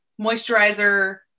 moisturizer